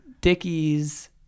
Dickie's